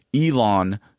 Elon